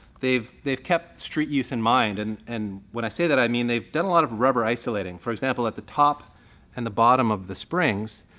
they've they've kept street use in mind, and and when i say that i mean they've done a lot of rubber isolating. for example, at the top and the bottom of the springs,